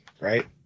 right